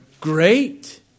Great